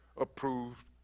approved